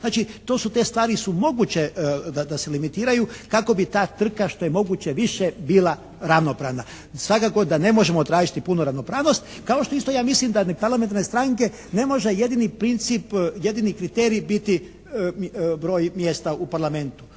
su te, te stvari su moguće da se limitiraju kako bi ta trka što je moguće više bila ravnopravna. Svakako da ne možemo tražiti puno ravnopravnost. Kao što isto ja mislim da parlamentarne stranke ne može jedini princip, jedini kriterij biti broj mjesta u Parlamentu.